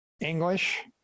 English